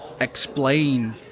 explain